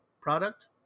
product